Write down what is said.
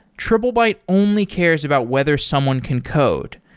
triplebyte only cares about whether someone can code.